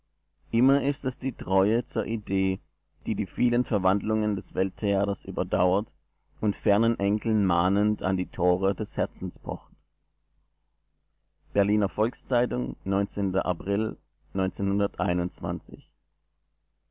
immer ist es die treue zur idee die die vielen verwandlungen des welttheaters überdauert und fernen enkeln mahnend an die tore des herzens pocht berliner volks-zeitung april